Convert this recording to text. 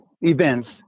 events